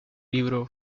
libro